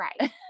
Right